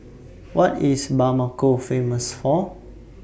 What IS Bamako Famous For